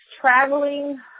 traveling